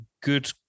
good